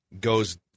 goes